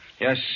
Yes